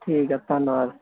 ਠੀਕ ਹੈ ਧੰਨਵਾਦ